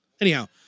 Anyhow